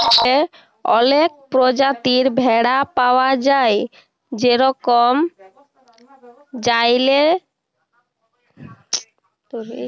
ভারতেল্লে অলেক পরজাতির ভেড়া পাউয়া যায় যেরকম জাইসেলমেরি, মাড়োয়ারি ইত্যাদি